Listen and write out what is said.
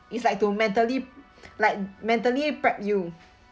it's like to mentally like mentally prep you